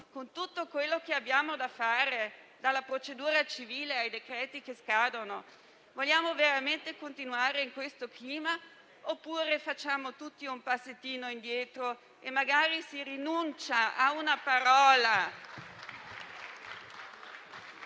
con tutto quello che abbiamo da fare, dalla procedura civile ai decreti che scadono. Mi chiedo se vogliamo veramente continuare in questo clima, oppure fare tutti un piccolo passo indietro e magari rinunciare a una parola,